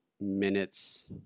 minutes